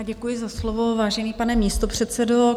Děkuji za slovo, vážený pane místopředsedo.